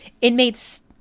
Inmates